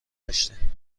داشتیم